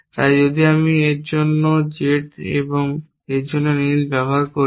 তাই যদি আমি এর জন্য Z এবং এর জন্য নীল নির্বাচন করি